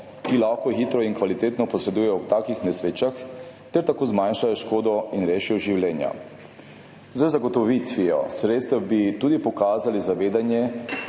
ki lahko hitro in kvalitetno posredujejo ob takih nesrečah ter tako zmanjšajo škodo in rešijo življenja. Z zagotovitvijo sredstev bi tudi pokazali zavedanje,